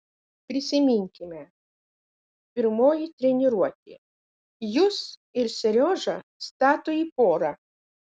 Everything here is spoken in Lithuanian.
prisiminkime pirmoji treniruotė jus ir seriožą stato į porą